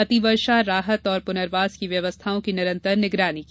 अति वर्षा राहत और पुनर्वास की व्यवस्थाओं की निरन्तर निगरानी की जाये